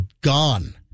gone